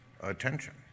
attention